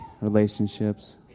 relationships